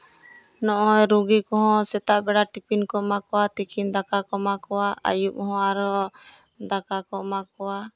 ᱱᱚᱜᱼᱚᱭ ᱨᱩᱜᱤ ᱠᱚᱦᱚᱸ ᱥᱮᱛᱟ ᱵᱮᱲᱟ ᱴᱤᱯᱷᱤᱱ ᱠᱚ ᱮᱢᱟ ᱠᱚᱣᱟ ᱛᱤᱠᱤᱱ ᱫᱟᱠᱟ ᱠᱚ ᱮᱢᱟ ᱠᱚᱣᱟ ᱟᱹᱭᱩᱵ ᱦᱚᱸ ᱟᱨᱦᱚᱸ ᱫᱟᱠᱟ ᱠᱚ ᱮᱢᱟ ᱠᱚᱣᱟ